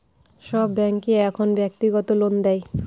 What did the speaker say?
সব ব্যাঙ্কই এখন ব্যক্তিগত লোন দেয়